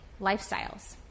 lifestyles